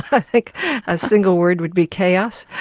i think a single word would be chaos.